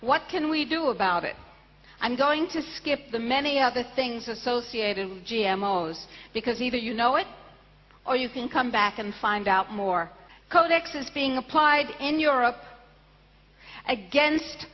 what can we do about it i'm going to skip the many other things associated with g m owes because either you know it or you can come back and find out more codex is being applied in europe against